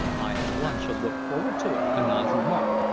i, for one, shall look forward to it, heneage remarked,